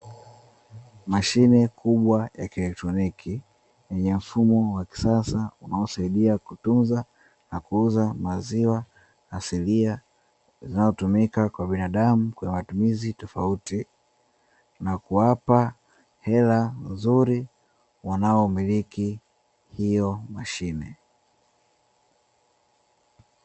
Mashine kubwa ya kielektroniki yenye mfumo wa kisasa unaosaidia kutunza na kuuza maziwa asilia yanayotumika kwa binadamu kwenye matumizi tofauti na kuwapa hela nzuri wanaomiliki hiyo mashine.